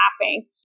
laughing